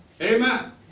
Amen